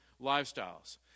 lifestyles